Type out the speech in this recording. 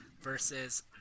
versus